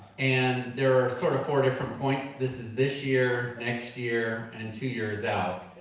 and there are sort of four different points. this is this year, next year, and two years out.